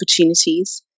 opportunities